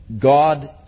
God